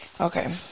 Okay